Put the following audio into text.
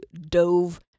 dove